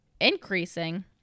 increasing